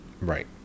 Right